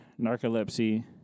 narcolepsy